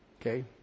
Okay